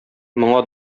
моңа